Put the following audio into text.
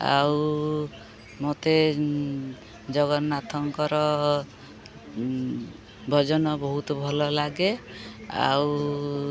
ଆଉ ମୋତେ ଜଗନ୍ନାଥଙ୍କର ଭୋଜନ ବହୁତ ଭଲ ଲାଗେ ଆଉ